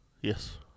Yes